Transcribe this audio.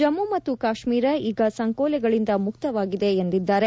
ಜಮ್ಮ ಮತ್ತು ಕಾಶ್ಮೀರ ಈಗ ಸಂಕೋಲೆಗಳಿಂದ ಮುಕ್ತವಾಗಿದೆ ಎಂದಿದ್ದಾರೆ